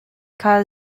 kha